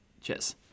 Cheers